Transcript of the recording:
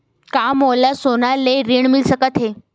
का मोला सोना ले ऋण मिल सकथे?